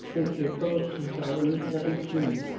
in april of two thousand and seventeen,